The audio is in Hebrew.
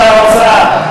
האוצר,